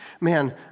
man